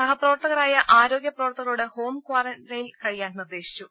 സഹപ്രവർത്തകരായ ആരോഗ്യ പ്രവർത്തകരോട് ഹോം ക്വാറെൻ റൈനിൽ കഴിയാൻ നിർദ്ദേശിച്ചു